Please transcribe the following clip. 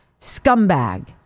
scumbag